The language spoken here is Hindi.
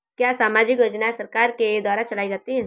क्या सामाजिक योजनाएँ सरकार के द्वारा चलाई जाती हैं?